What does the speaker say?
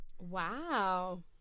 Wow